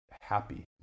happy